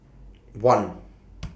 one